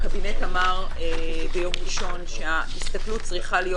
הקבינט אמר ביום ראשון שההסתכלות צריכה להיות